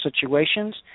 situations